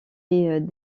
est